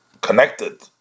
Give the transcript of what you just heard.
connected